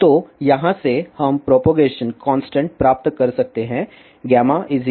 तो यहाँ से हम प्रोपगेशन कांस्टेंट प्राप्त कर सकते हैं kx2 k2